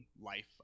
life